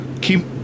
Keep